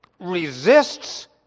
resists